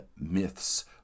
myths